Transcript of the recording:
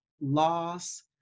loss